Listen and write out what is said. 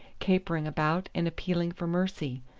capering about, and appealing for mercy.